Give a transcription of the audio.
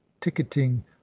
ticketing